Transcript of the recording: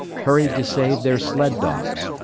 hurried to save their sled-dogs.